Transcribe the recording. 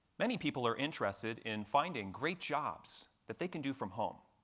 many people are interested in finding great jobs that they can do from home.